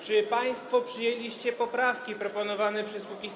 Czy państwo przyjęliście poprawki proponowane przez Kukiz’15?